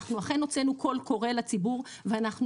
אנחנו אכן הוצאנו קול קורא לציבור ואנחנו